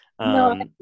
No